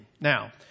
Now